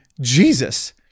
Jesus